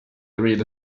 real